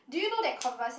do you know that Converse had